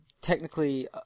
technically